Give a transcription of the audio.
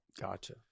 Gotcha